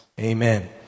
Amen